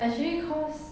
actually cause